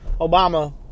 Obama